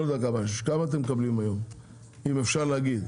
לא יודע כמה אתם מקבלים היום אם אפשר להגיד?